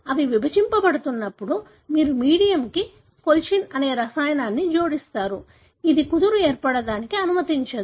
అవి విభజించబడుతున్నప్పుడు మీరు మీడియంకు కొల్చిసిన్ అనే రసాయనాన్ని జోడిస్తారు ఇది కుదురు ఏర్పడటానికి అనుమతించదు